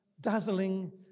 dazzling